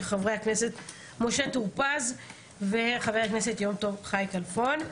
של חברי הכנסת משה טור פז וחבר הכנסת יום טוב חי כלפון.